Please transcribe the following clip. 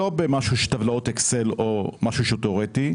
לא טבלאות אקסל או משהו תיאורטי,